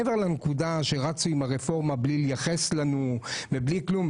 מעבר לנקודה שרצו עם הרפורמה בלי להתייחס אלינו ובלי כלום,